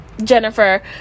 jennifer